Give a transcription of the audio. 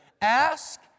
Ask